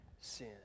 sin